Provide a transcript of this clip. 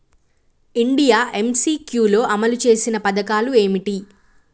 India MCQ లో అమలు చేసిన పథకాలు ఏమిటి?